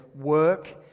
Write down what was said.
work